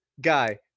guy